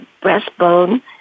breastbone